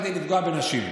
כדי לפגוע בנשים.